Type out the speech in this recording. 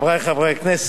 חברי חברי הכנסת,